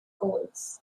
schools